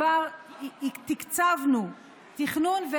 כבר תקצבנו תכנון,